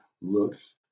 looks